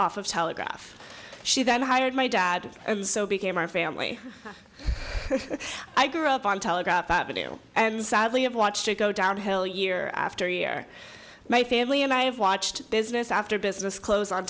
off of telegraph she then hired my dad and so became our family i grew up on telegraph avenue and sadly have watched it go downhill year after year my family and i have watched business after business close o